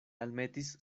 almetis